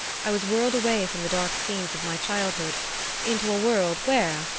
i was whirled away from the dark scenes of my childhood into a world, where,